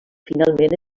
finalment